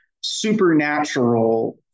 supernatural